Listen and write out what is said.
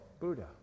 Buddha